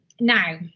now